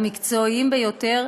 המקצועיים ביותר,